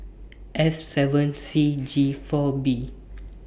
F seven C G four B